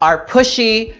are pushy,